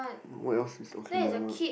what else is okay never mind